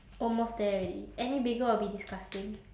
almost there already any bigger will be disgusting